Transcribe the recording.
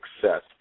success